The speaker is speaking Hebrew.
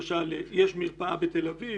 יש למשל מרפאה בתל אביב,